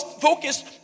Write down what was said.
focused